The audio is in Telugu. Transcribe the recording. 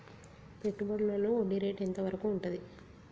పెట్టుబడులలో వడ్డీ రేటు ఎంత వరకు ఉంటది?